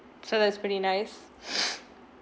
so that's pretty nice